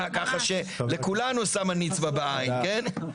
כך שלכולנו היא שמה נצבא בעין, כן.